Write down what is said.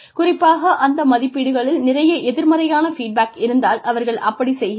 குறிப்பாக அந்த மதிப்பீடுகளில் நிறைய எதிர்மறையான ஃபீட்பேக் இருந்தால் அவர்கள் அப்படி செய்கிறார்கள்